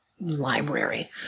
library